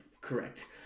correct